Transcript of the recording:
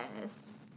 Yes